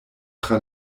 tra